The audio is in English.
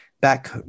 Back